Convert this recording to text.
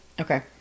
Okay